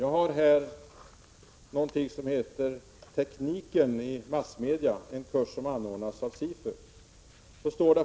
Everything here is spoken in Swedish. Jag har här en broschyr som heter ”Teknikern i massmedia”, om en kurs som anordnas av SIFU.